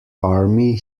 army